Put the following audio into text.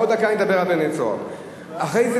עוד דקה אני אדבר על רבני "צהר" אחרי זה.